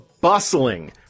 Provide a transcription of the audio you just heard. bustling